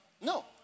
No